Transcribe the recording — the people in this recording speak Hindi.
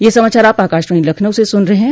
ब्रे क यह समाचार आप आकाशवाणी लखनऊ से सुन रहे हैं